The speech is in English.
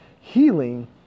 healing